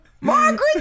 Margaret